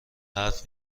حرف